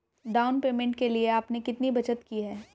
Down payment के लिए आपने कितनी बचत की है?